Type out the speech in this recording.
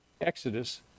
Exodus